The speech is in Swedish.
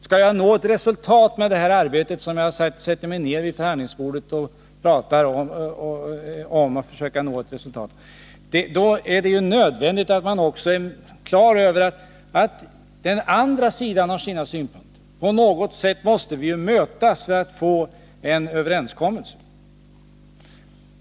Skall man nå resultat med arbetet vid förhandlingsbordet är det nödvändigt att man också är på det klara med att den andra sidan har sina synpunkter. På något sätt måste sidorna mötas för att få en överenskommelse.